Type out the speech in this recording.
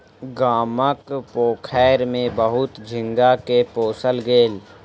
गामक पोखैर में बहुत झींगा के पोसल गेल